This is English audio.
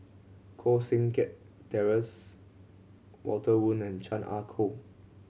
Koh Seng Kiat Terence Walter Woon and Chan Ah Kow